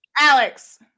Alex